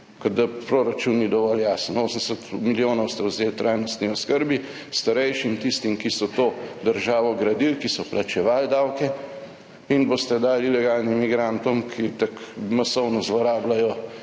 da proračun ni dovolj jasen, 80 milijonov ste vzeli trajnostni oskrbi, starejšim, tistim, ki so to državo gradili, ki so plačevali davke, in boste dali ilegalnim migrantom, ki tako masovno zlorabljajo